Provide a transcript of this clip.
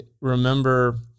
remember